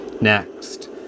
Next